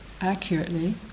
accurately